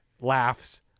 laughs